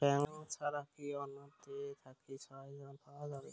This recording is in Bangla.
ব্যাংক ছাড়া কি অন্য টে থাকি ঋণ পাওয়া যাবে?